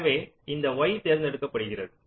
எனவே இந்த y தேர்ந்தெடுக்கப்படுகிறது